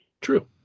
True